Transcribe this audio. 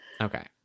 Okay